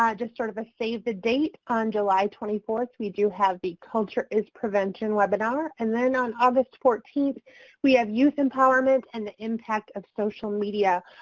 um just sort of a save the date, on july twenty fourth we do have the culture is prevention webinar and then on august fourteenth we have youth empowerment and the impact of social media.